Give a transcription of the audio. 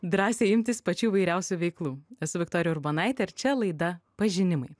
drąsiai imtis pačių įvairiausių veiklų esu viktorija urbonaitė ir čia laida pažinimai